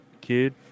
kid